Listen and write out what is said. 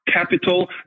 Capital